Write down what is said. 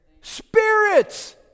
Spirits